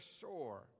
sore